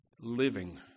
living